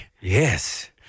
Yes